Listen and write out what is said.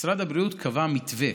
משרד הבריאות קבע מתווה